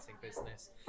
business